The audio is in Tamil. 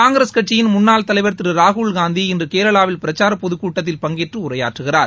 காங்கிரஸ் கட்சியின் முன்னாள் தலைவர் திரு ராகுல்காந்தி இன்று கேரளாவில் பிரச்சார பொதுக் கூட்டத்தில் பங்கேற்று உரையாற்றுகிறார்